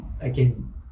again